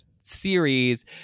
series